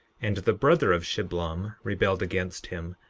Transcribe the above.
and the brother of shiblom rebelled against him,